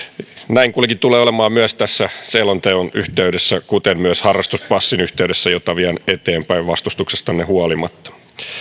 näin kuitenkin tulee olemaan myös tässä selonteon yhteydessä kuten myös harrastuspassin yhteydessä jota vien eteenpäin vastustuksestanne huolimatta